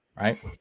Right